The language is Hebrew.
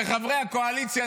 כשחברי הקואליציה,